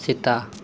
ᱥᱮᱛᱟᱜ